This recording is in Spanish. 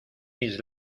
mis